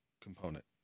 component